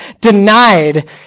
denied